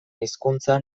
hizkuntza